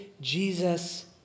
Jesus